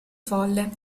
folle